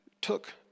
took